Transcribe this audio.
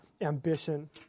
ambition